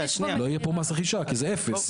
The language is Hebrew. לא יהיה פה מס רכישה, כי זה אפס.